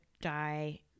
die